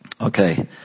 Okay